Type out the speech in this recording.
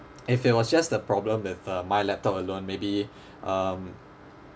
if it was just the problem with uh my laptop alone maybe um